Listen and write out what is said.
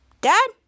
Dad